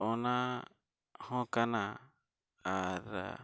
ᱚᱱᱟ ᱦᱚᱸ ᱠᱟᱱᱟ ᱟᱨ